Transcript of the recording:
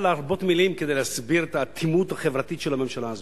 להרבות מלים כדי להסביר את האטימות החברתית של הממשלה הזאת.